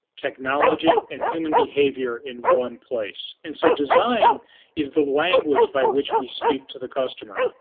technology and human behaviour in one place. and so design is the language by which we speak to the customer.